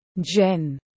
Jen